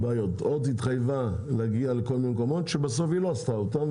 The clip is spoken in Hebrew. HOT התחייבה להגיע לכל מיני מקומות שבסוף היא לא עשתה אותם,